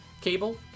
cable